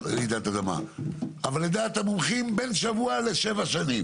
סדורה בעניין והעברת סמכויות בצורה ברורה לראשי הרשויות - אנא אנו באים?